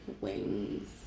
Wings